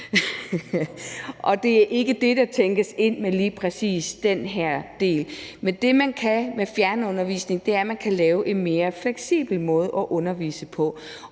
Og det er ikke det, der tænkes på med lige præcis den her del. Men det, man kan med fjernundervisning, er, at man kan lave en mere fleksibel måde at undervise på,